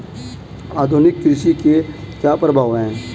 आधुनिक कृषि के क्या प्रभाव हैं?